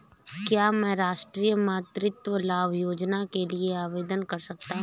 क्या मैं राष्ट्रीय मातृत्व लाभ योजना के लिए आवेदन कर सकता हूँ?